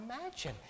imagine